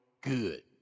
good